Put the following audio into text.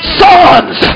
sons